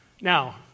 Now